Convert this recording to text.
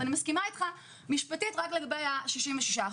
אני מסכימה איתך משפטית רק לגבי ה-66%.